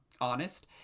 honest